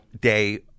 day